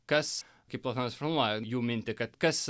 kas kaip kokios formuoja jų mintį kad kas